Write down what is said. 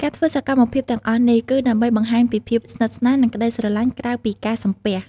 ការធ្វើសកម្មភាពទាំងអស់នេះ គឺដើម្បីបង្ហាញពីភាពស្និទ្ធស្នាល និងក្ដីស្រឡាញ់ក្រៅពីការសំពះ។